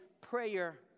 prayer